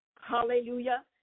Hallelujah